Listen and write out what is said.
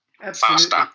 faster